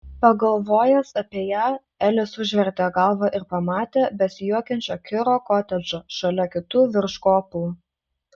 pagalvojęs apie ją elis užvertė galvą ir pamatė besijuokiančio kiro kotedžą šalia kitų virš kopų